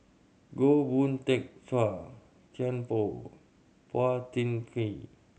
Goh Boon Teck Chua Thian Poh Phua Thin Kiay